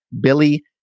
Billy